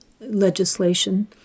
legislation